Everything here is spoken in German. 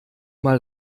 mal